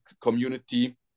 community